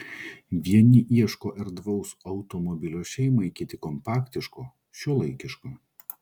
vieni ieško erdvaus automobilio šeimai kiti kompaktiško šiuolaikiško